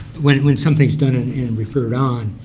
when when some things done and and referred on,